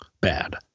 bad